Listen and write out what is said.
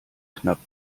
knapp